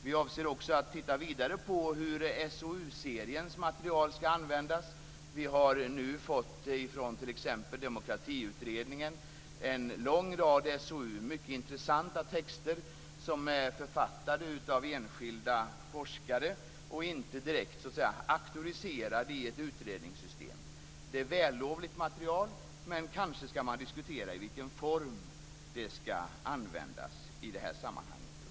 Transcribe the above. Vi avser också att titta vidare på hur SOU-seriens material ska användas. Vi har t.ex. fått en lång rad SOU från Demokratiutredningen. Det är mycket intressanta texter som är författade av enskilda forskare och inte direkt auktoriserade i ett utredningssystem. Det är vällovligt material, men kanske ska man diskutera i vilken form det ska användas i det här sammanhanget.